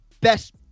best